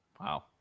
Wow